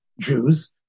Jews